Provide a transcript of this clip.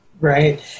Right